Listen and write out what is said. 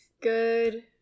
Good